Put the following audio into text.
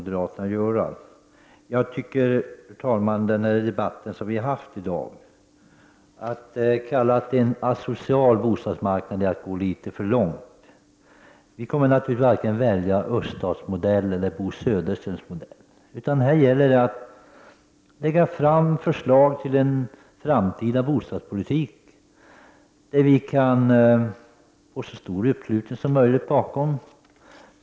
Fru talman! Att säga att vi har en asocial bostadsmarknad är att gå litet för långt. Vi kommer naturligtvis inte att välja vare sig öststatsmodellen eller Bo Söderstens modell, utan det gäller att vi lägger fram förslag till en framtida bostadspolitik som vi kan få så stor uppslutning som möjligt kring.